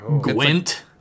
Gwent